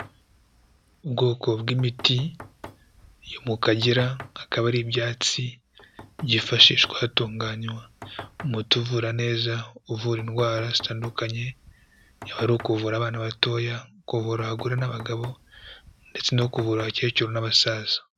Ubwoko bw'imiti yo mu Kagera, akaba ari ibyatsi byifashishwa hatunganywa umuti uvura neza, uvura indwara zitandukanye, yaba ari ukuvura abana batoya, kuvura abagore n'abagabo, ndetse no ku kuvura abakecuru n'abasaza.